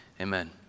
amen